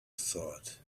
thought